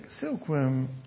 silkworm